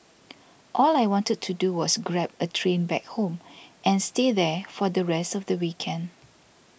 all I wanted to do was grab a train back home and stay there for the rest of the weekend